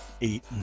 eight